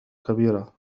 كبيرة